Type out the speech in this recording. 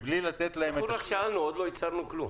מבלי לתת להם --- רק שאלנו, עוד לא ייצרנו כלום.